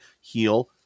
Heal